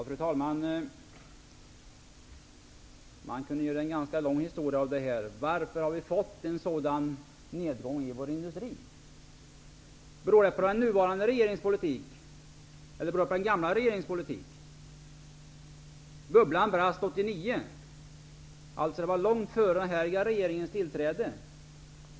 Fru talman! Man kunde göra en ganska lång historia av det här. Varför har vi fått en sådan nedgång i vår industri? Beror det på den nuvarande regeringens politik eller på den gamla regeringens politik? Bubblan brast 1989, alltså långt före den här regeringens tillträde.